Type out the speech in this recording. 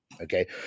okay